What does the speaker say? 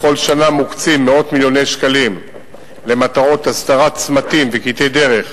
בכל שנה מוקצים מאות מיליוני שקלים למטרות הסדרת צמתים וקטעי דרך